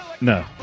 No